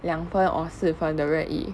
两分 or 四分的任意